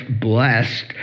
blessed